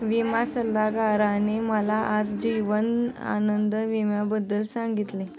विमा सल्लागाराने मला आज जीवन आनंद विम्याबद्दल सांगितले